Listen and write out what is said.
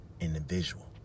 individual